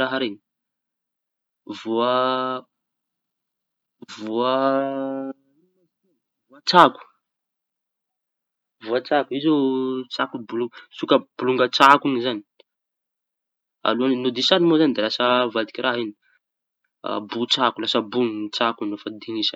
raha reñy voa voa tsako voa tsako io zao. Bolonga tsako io zañy alohañy hodisaña moa zañy da lasa mivadiky raha iñy bo tsako lasa bony tsako nofa disa.